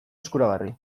eskuragarri